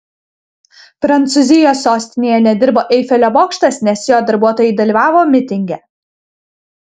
prancūzijos sostinėje nedirbo eifelio bokštas nes jo darbuotojai dalyvavo mitinge